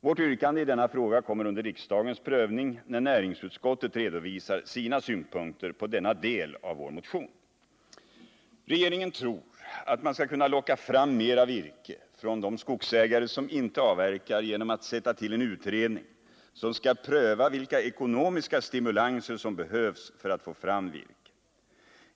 Vårt yrkande i den här frågan kommer under riksdagens prövning då näringsutskottet redovisar sina synpunkter på denna del av vår motion. Regeringen tror att man skall kunna locka fram mera virke från de skogsägare som inte avverkar genom att sätta till en utredning som skall pröva vilka ekonomiska stimulanser som behövs för att man skall få fram virke.